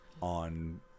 on